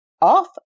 off